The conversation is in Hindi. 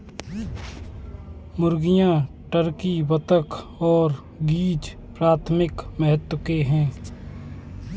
मुर्गियां, टर्की, बत्तख और गीज़ प्राथमिक महत्व के हैं